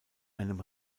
einem